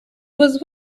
was